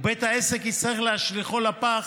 ובית העסק יצטרך להשליכו לפח